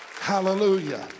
Hallelujah